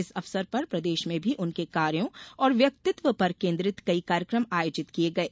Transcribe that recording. इस अवसर पर प्रदेश में भी उनके कार्यो और व्यक्तित्व पर केन्द्रित कई कार्यक्रम आयोजित किये गये